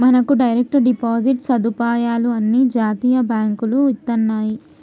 మనకు direct deposit సదుపాయాలు అన్ని జాతీయ బాంకులు ఇత్తన్నాయి